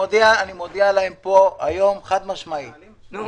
אני מודיע להם פה היום חד-משמעית שאני